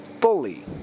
fully